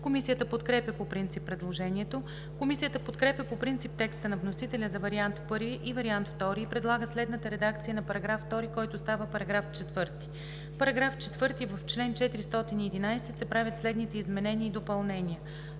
Комисията подкрепя по принцип предложението. Комисията подкрепя по принцип текста на вносителя за вариант І и вариант ІІ и предлага следната редакция на § 2, който става § 4: „§ 4. В чл. 411 се правят следните изменения и допълнения: